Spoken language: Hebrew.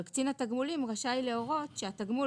אבל קצין התגמולים רשאי להורות שהתגמול,